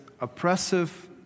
oppressive